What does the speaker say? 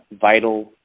vital